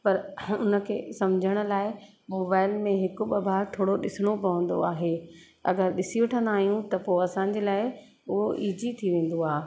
पर हुन खे सम्झण लाइ मोबाइल में हिकु ॿ बार थोरो ॾिसणो पवंदो आहे अगरि ॾिसी वठंदा आहियूं त पोइ असांजे लाइ उहो इज़ी थी वेंदो आहे